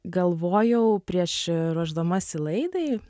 galvojau prieš ruošdamasi laidai